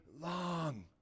long